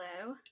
Hello